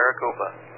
Maricopa